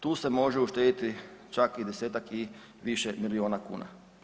Tu se može uštediti čak i desetak i više milijuna kuna.